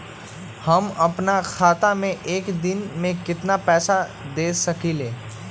हम अपना खाता से एक दिन में केतना पैसा भेज सकेली?